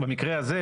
במקרה הזה,